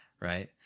right